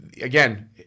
again